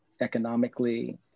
economically